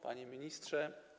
Panie Ministrze!